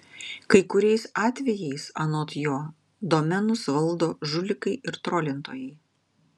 kai kuriais atvejais anot jo domenus valdo žulikai ir trolintojai